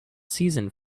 season